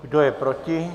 Kdo je proti?